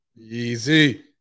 easy